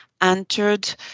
entered